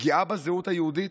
פגיעה בזהות היהודית?